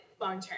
long-term